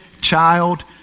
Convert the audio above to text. child